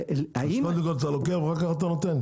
האם --- אז קודם כל אתה לוקח ואחר כך אתה נותן?